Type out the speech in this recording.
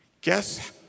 Guess